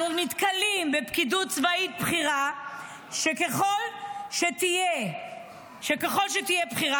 אנו נתקלים בפקידות צבאית בכירה ככל שתהיה בכירה,